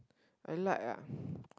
I like ah